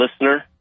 listener